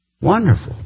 Wonderful